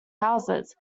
houses